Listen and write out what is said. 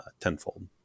tenfold